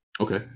okay